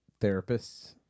therapists